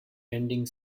ending